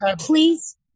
please